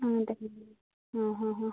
ആ ഉണ്ടല്ലേ ആ ഹാ ഹാ